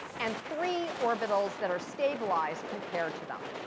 and three orbitals that are stabilized, compared to them.